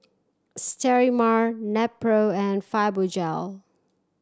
Sterimar Nepro and Fibogel